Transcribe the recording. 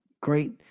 great